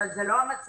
אבל זה לא המצב,